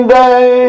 day